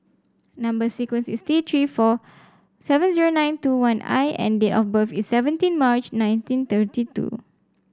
number sequence is T Three four seven zero nine two one I and date of birth is seventeen March nineteen thirty two